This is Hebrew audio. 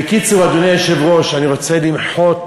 בקיצור, אדוני היושב-ראש, אני רוצה למחות